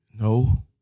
No